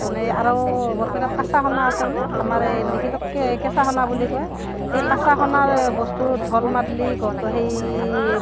তাৰমানে আৰু বৰপেটাত কেঁচা সোণ আছে বোলে আমাৰ এই লিখিতত কেঁচা সোণ বুলি কয় সেই কেঁচা সোণৰ বস্তু ঢোল মাদলি গ গ সেই